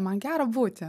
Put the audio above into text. man gera būti